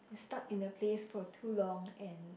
he stuck in a place for too long and